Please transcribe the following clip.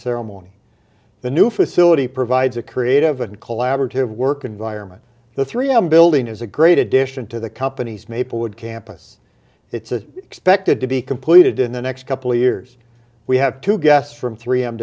ceremony the new facility provides a creative and collaborative work environment the three m building is a great addition to the company's maplewood campus it's an expected to be completed in the next couple years we have two guests from three